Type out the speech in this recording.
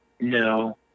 no